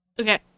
Okay